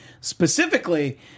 Specifically